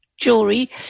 jewelry